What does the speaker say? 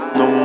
no